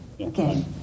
Okay